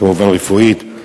כמובן רפואית,